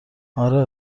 اره